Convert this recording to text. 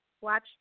watch